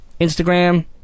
Instagram